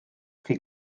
chi